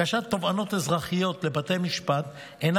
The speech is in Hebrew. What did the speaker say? הגשת תובענות אזרחיות לבתי המשפט אינה